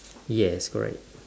yes correct